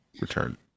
return